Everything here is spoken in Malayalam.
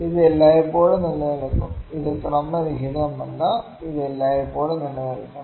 ഇത് എല്ലായ്പ്പോഴും നിലനിൽക്കും ഇത് ക്രമരഹിതമല്ല ഇത് എല്ലായ്പ്പോഴും നിലനിൽക്കണം